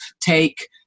take